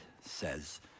says